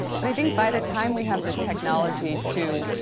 but i think by the time we have the technology to,